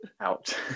Out